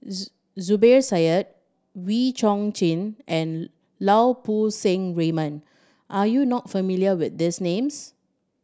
Zubir Said Wee Chong Jin and Lau Poo Seng Raymond are you not familiar with these names